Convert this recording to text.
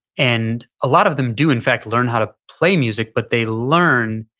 and a lot of them do in fact learn how to play music, but they learn,